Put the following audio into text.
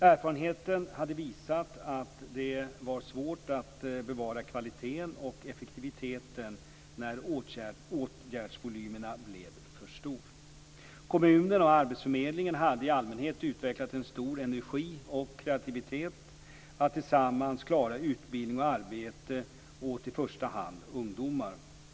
Erfarenheten hade visat att det var svårt att bevara kvaliteten och effektiviteten när åtgärdsvolymen blev för stor. Kommunerna och arbetsförmedlingen hade i allmänhet utvecklat en stor energi och kreativitet för att tillsammans klara utbildning och arbete åt i första hand ungdomar.